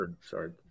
Sorry